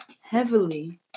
heavily